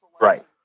Right